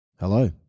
Hello